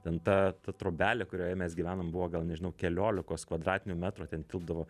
ten ta ta trobelė kurioje mes gyvenam buvo gal nežinau keliolikos kvadratinių metrų ten tilpdavo